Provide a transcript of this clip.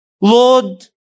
Lord